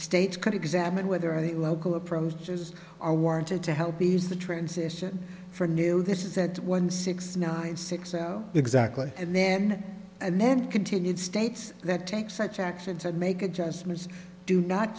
states could examine whether any local approaches are warranted to help ease the transition for new this is it one six nine six exactly and then and then continued states that take such actions and make adjustments do not